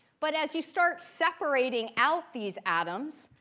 but as you start separating out these atoms,